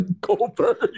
Goldberg